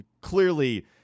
clearly –